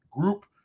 group